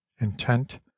intent